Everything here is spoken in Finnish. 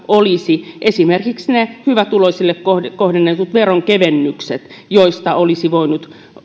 olisi esimerkiksi ne hyvätuloisille kohdennetut veronkevennykset joista olisi voinut